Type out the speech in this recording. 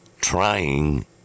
Trying